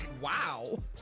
Wow